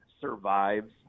survives